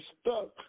stuck